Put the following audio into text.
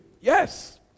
Yes